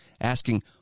asking